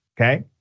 okay